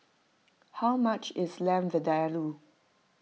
how much is Lamb Vindaloo